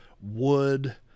wood